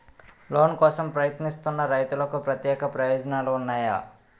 Loan కోసం ప్రయత్నిస్తున్న రైతులకు ప్రత్యేక ప్రయోజనాలు ఉన్నాయా?